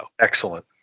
Excellent